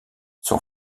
son